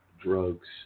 drugs